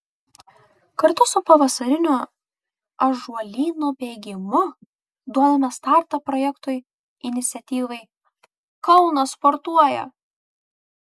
kartu su pavasariniu ąžuolyno bėgimu duodame startą projektui iniciatyvai kaunas sportuoja